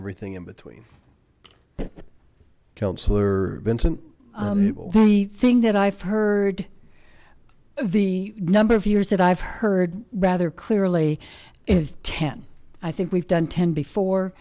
everything in between that counselor vincent thing that i've heard the number of years that i've heard rather clearly is ten i think we've done ten before